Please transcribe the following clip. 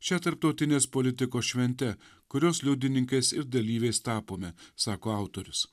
šia tarptautinės politikos švente kurios liudininkais ir dalyviais tapome sako autorius